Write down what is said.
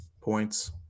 points